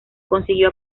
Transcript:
consiguió